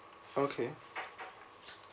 okay